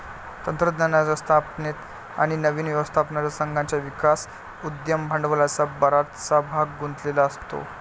तंत्रज्ञानाच्या स्थापनेत आणि नवीन व्यवस्थापन संघाच्या विकासात उद्यम भांडवलाचा बराचसा भाग गुंतलेला असतो